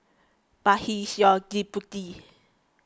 but he is your deputy